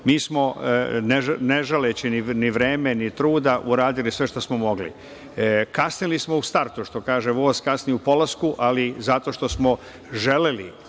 mi smo, ne žaleći ni vremena ni truda, uradili sve što smo mogli. Kasnili smo u startu, što kažu – voz kasni u polasku, ali zato što smo želeli